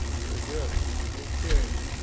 very good okay,